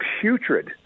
putrid